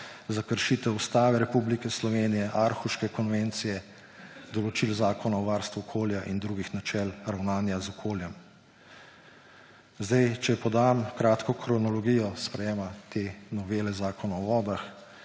za kršitev Ustave Republike Slovenije, Aarhuške konvencije, določil Zakona o varstvu okolja in drugih načel ravnanja z okoljem. Če podam kratko kronologijo sprejema te novele Zakona o vodah.